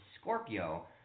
Scorpio